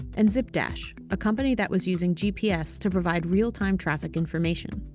and zipdash, a company that was using gps to provide real time traffic information.